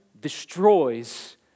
destroys